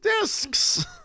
discs